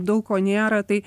daug ko nėra tai